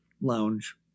lounge